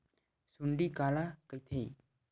सुंडी काला कइथे?